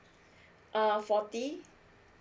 err forty